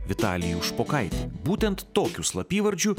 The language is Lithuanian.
vitalijų špokaitį būtent tokiu slapyvardžiu